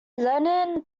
lenin